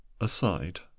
aside